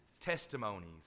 testimonies